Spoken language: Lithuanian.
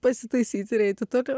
pasitaisyti ir eiti toliau